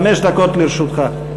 חמש דקות לרשותך.